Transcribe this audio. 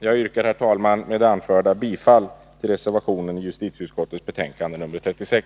Jag yrkar, herr talman, med det anförda bifall till reservationen i justitieutskottets betänkande nr 36.